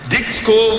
Dixco